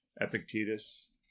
Epictetus